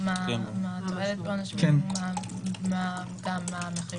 צריך לראות מה התועלת בעונש מינימום ומה המחירים,